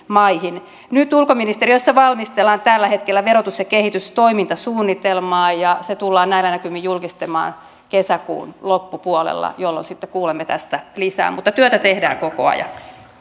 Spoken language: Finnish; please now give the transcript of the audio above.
maihin nyt ulkoministeriössä valmistellaan tällä hetkellä verotus ja kehitystoimintasuunnitelmaa ja se tullaan näillä näkymin julkistamaan kesäkuun loppupuolella jolloin sitten kuulemme tästä lisää mutta työtä tehdään koko ajan